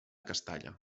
castalla